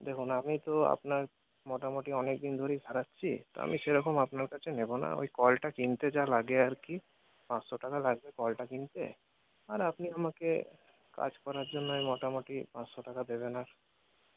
দেখুন আমি তো আপনার মোটামুটি অনেকদিন ধরেই সারাচ্ছি তো আমি সেরকম আপনার কাছে নেব না ওই কলটা কিনতে যা লাগে আর কি পাঁচশো টাকা লাগবে কলটা কিনতে আর আপনি আমাকে কাজ করার জন্য এই মোটামুটি পাঁচশো টাকা দেবেন আর